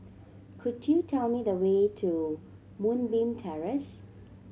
could you tell me the way to Moonbeam Terrace